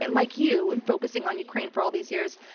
and like you, in focusing on ukraine for all these years,